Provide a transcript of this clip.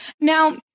Now